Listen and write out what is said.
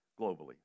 globally